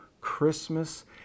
Christmas